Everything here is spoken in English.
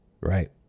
right